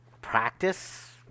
practice